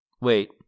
Wait